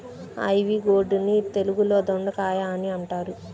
ivy gourd ని తెలుగులో దొండకాయ అని అంటారు